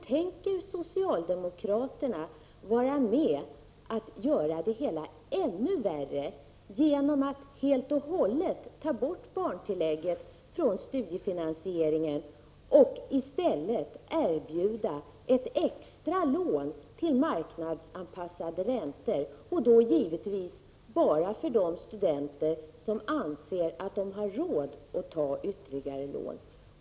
Tänker socialdemokraterna bidra till att göra det ännu värre genom att helt och hållet ta bort barntillägget från studiefinansieringen och i stället erbjuda ett extralån till marknadsanpassade räntor? Detta blir givetvis bara aktuellt för de studenter som anser sig ha råd att ta ytterligare lån.